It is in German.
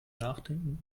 nachdenken